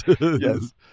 Yes